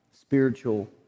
spiritual